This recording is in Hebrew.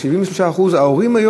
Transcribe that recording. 73% מההורים,